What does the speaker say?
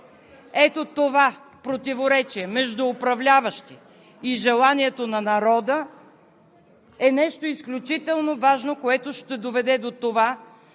Ето това противоречие между управляващи и желанието на народа е нещо изключително важно, което ще доведе до това